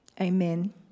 amen